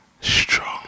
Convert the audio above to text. strong